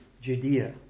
Judea